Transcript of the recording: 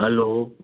hello